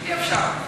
אי-אפשר.